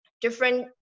different